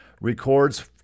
records